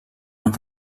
amb